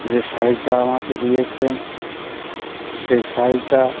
যে শাড়িটা আমাকে দিয়েছেন সেই শাড়িটা